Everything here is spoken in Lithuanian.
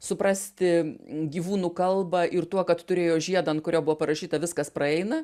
suprasti gyvūnų kalbą ir tuo kad turėjo žiedą ant kurio buvo parašyta viskas praeina